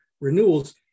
renewals